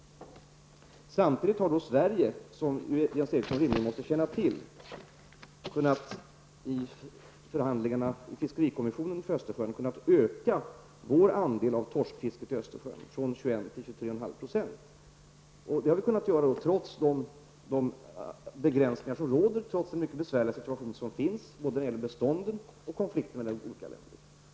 Samtidigt har Sverige, som Jens Eriksson rimligen måste känna till, i förhandlingar i fiskerikommissionen för Östersjön kunnat öka vår andel av torskfisket i Östersjön från 21 % till 23,5 %. Det har vi kunnat göra trots de begränsningar som råder, och trots den mycket besvärliga situation som råder både när det gäller bestånden och konflikter mellan olika länder.